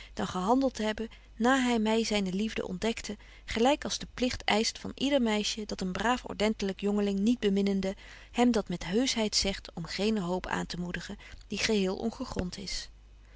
dan gehandelt te hebben na hy my zyne liefde ontdekte gelyk als de pligt eischt van yder meisje dat een braaf ordentelyk jongeling niet beminnende hem dat met heuschheid zegt om geene hoop aantemoedigen die geheel ongegront is